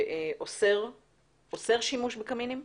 הוא אוסר שימוש בקמינים?